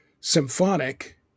symphonic